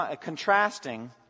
contrasting